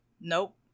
Nope